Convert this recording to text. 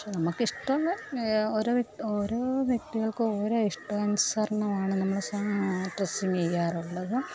പക്ഷേ നമുക്കിഷ്ടം ഓരോ ഓരോ വ്യക്തികൾക്കും ഓരോ ഇഷ്ടാനുസരണമാണ് നമ്മൾ ഡ്രസ്സിങ്ങ് ചെയ്യാറുള്ളത്